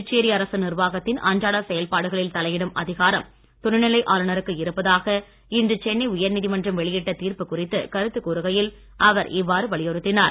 புதுச்சேரி அரசு நிர்வாகத்தின் அன்றாட செயல்பாடுகளில் தலையிடும் அதிகாரம் துணைநிலை ஆளுநருக்கு இருப்பதாக இன்று சென்னை உயர்நீதிமன்றம் வெளியிட்ட தீர்ப்பு குறித்து கருத்து கூறுகையில் அவர் இவ்வாறு வலியுறுத்தினார்